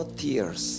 tears